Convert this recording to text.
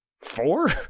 four